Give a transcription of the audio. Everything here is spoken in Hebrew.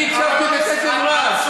אני הקשבתי בקשב רב.